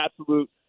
absolute